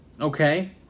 okay